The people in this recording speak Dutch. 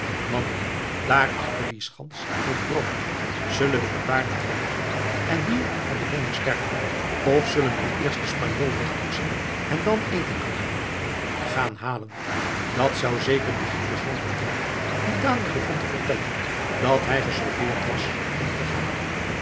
mannen daar achter die schans ligt brood zullen we het daar laten liggen en hier van den honger sterven of zullen we eerst den spanjool wegpoetsen en dan eten gaan halen gaan halen dat zou zeker die gillis jonkert doen die dadelijk begon te vertellen dat hij geresolveerd was om te gaan